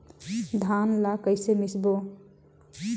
धान ला कइसे मिसबो?